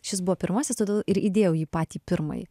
šis buvo pirmasis todėl ir įdėjau jį patį pirmąjį